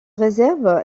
réserve